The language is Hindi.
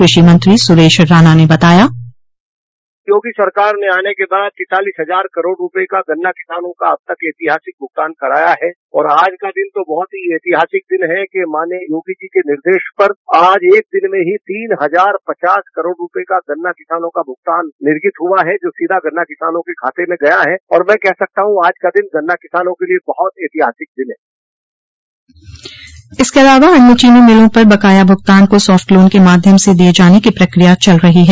कृषिमंत्री सुरेश राणा ने बताया योगी सरकार के आने के बाद तैतालिस हजार करोड रुपए का गन्ना किसानों का अब तक का ऐतिहासिक भुगतान कराया है और आज का दिन तो बहुत ऐसी हाथ ऐतिहासिक दिन है कि माननीय योगी जी के निर्देश पर आज एक दिन में ही तीन हजार पचास करोड़ रुपए का गन्ना किसानों का भुगतान निर्जित हुआ है जो सीधा गन्ना किसानों के खाते में गया है और मैं कह सकता हूं आज का दिन गन्ना किसानों के लिए बहुत ऐतिहासिक दिन है इसके अलावा अन्य चीनी मिलों पर बकाया भूगतान को साफ्ट लोन के माध्यम से दिये जाने की प्रक्रिया चल रही है